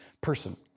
person